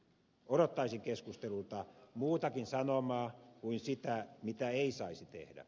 odottaisin keskustelulta muutakin sanomaa kuin sitä mitä ei saisi tehdä